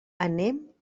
anem